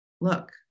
look